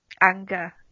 anger